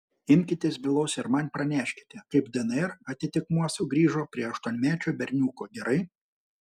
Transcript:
imkitės bylos ir man praneškite kaip dnr atitikmuo sugrįžo prie aštuonmečio berniuko gerai